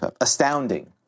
Astounding